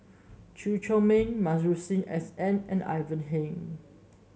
Chew Chor Meng Masuri S N and Ivan Heng